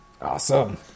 awesome